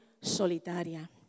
solitaria